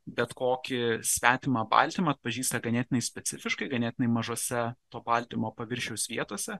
bet kokį svetimą baltymą atpažįsta ganėtinai specifiškai ganėtinai mažose to baltymo paviršiaus vietose